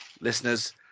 Listeners